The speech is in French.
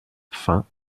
fin